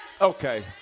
Okay